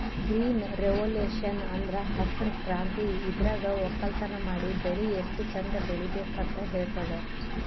green revolution ಅಂದ್ರ ಹಸ್ರ್ ಕ್ರಾಂತಿ ಇದ್ರಾಗ್ ವಕ್ಕಲತನ್ ಮಾಡಿ ಬೆಳಿ ಎಷ್ಟ್ ಚಂದ್ ಬೆಳಿಬೇಕ್ ಅಂತ್ ಹೇಳ್ತದ್